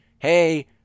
Hey